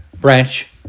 branch